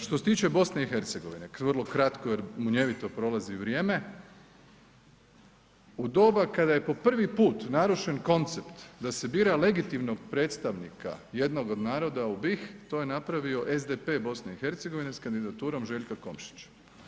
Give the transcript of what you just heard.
Što se tiče BiH, vrlo kratko jer munjevito prolazi vrijeme, u doba kada je po prvi put narušen koncept da se bira legitimnog predstavnika jednog od naroda u BiH, to je napravio SDP BiH s kandidaturom Željka Komšića.